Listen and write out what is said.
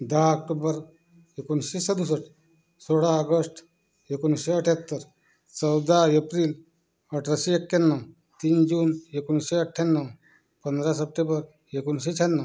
दहा ऑक्टोबर एकोणीसशे सदुसष्ट सोळा ऑगस्ट एकोणीसशे अठ्याहत्तर चौदा एप्रिल अठराशे एक्याण्णव तीन जून एकोणीसशे अठ्ठ्याण्णव पंधरा सप्टेंबर एकोणीसशे शहाण्णव